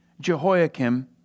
Jehoiakim